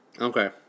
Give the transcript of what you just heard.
Okay